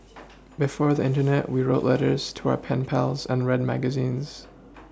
before the Internet we wrote letters to our pen pals and read magazines